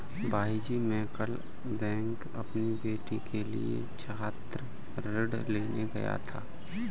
भाईजी मैं कल बैंक अपनी बेटी के लिए छात्र ऋण लेने के लिए गया था